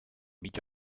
mig